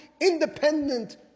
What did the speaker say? independent